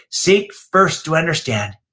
seek first to understand,